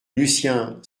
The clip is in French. lucien